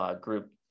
group